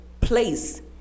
place